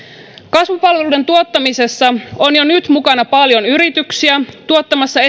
kasvupalveluiden tuottamisessa on jo nyt mukana paljon yrityksiä tuottamassa